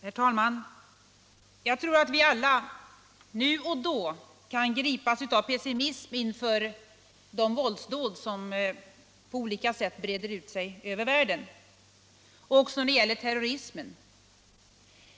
Herr talman! Jag tror att vi alla nu och då kan gripas av pessimism inför de våldsdåd som på olika sätt breder ut sig över världen, inte minst inför terrorismen.